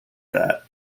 that